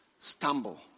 stumble